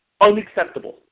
Unacceptable